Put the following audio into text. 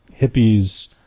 hippies